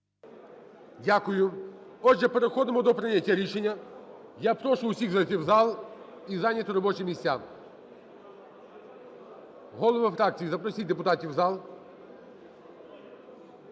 Дякую. Отже, переходимо до прийняття рішення. Я прошу всіх зайти в зал і зайняти робочі місця. Голови фракцій, запросіть депутатів в зал.